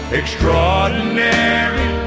extraordinary